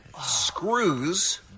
screws